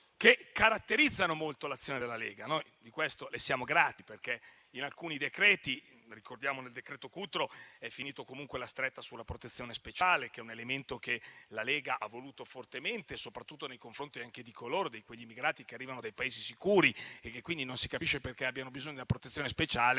che caratterizzano molto l'azione della Lega, e noi di questo le siamo grati. In alcuni decreti - ricordiamo il decreto Cutro - è finita comunque la stretta sulla protezione speciale, un elemento che la Lega ha voluto fortemente, soprattutto nei confronti di quegli immigrati che arrivano da Paesi sicuri e che quindi non si capisce perché abbiano bisogno di una protezione speciale,